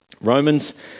Romans